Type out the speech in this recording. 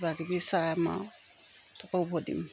কিবা কিবি চাম আৰু তাৰপৰা উভতিম